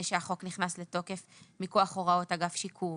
שהחוק נכנס לתוקף מכוח הוראות אגף שיקום